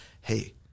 hey